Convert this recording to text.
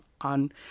on